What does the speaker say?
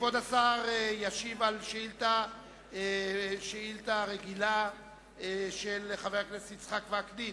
כבוד השר ישיב על שאילתא רגילה של חבר הכנסת יצחק וקנין: